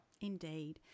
Indeed